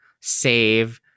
save